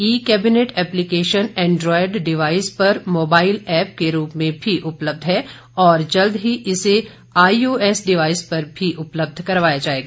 ई cabinet application Android device पर mobile app के रूप में भी उपलब्ध है और जल्द ही इसे आई ओ एस डिवाइस पर भी उपलब्ध करवाया जाएगा